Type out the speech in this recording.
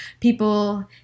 people